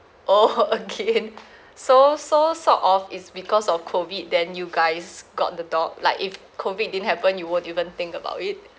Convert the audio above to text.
oh again so so sort of is because of COVID then you guys got the dog like if COVID didn't happen you won't even think about it